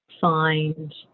find